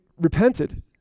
repented